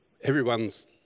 Everyone's